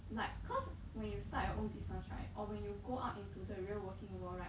like cause when you start your own business right or when you go out into the real working world right